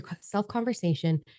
self-conversation